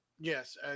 Yes